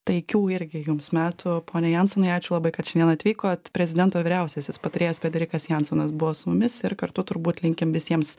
taikių irgi jums metų pone jansonai ačiū labai kad šiandien atvykot prezidento vyriausiasis patarėjas frederikas jansonas buvo su mumis ir kartu turbūt linkim visiems